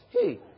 Hey